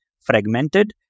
fragmented